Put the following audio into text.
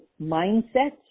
mindset